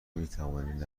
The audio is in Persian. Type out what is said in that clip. میتوانید